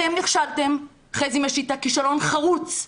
אתם נכשלתם, חזי משיטה, כישלון חרוץ,